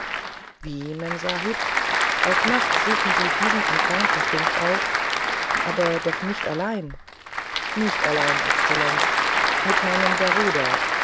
wie memsahib auch nachts suchen sie diesen entfernten punkt auf aber doch nicht allein nicht ganz allein exzellenz mit meinem